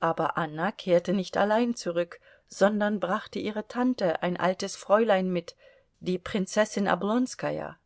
aber anna kehrte nicht allein zurück sondern brachte ihre tante ein altes fräulein mit die prinzessin